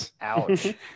Ouch